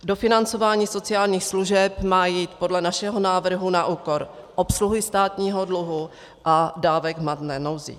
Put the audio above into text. Dofinancování sociálních služeb má jít podle našeho návrhu na úkor obsluhy státního dluhu a dávek v hmotné nouzi.